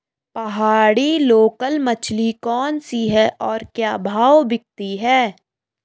पहाड़ी लोकल मछली कौन सी है और क्या भाव बिकती है?